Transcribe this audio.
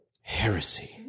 Heresy